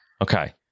okay